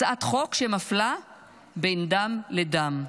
הצעת חוק שמפלה בין דם לדם.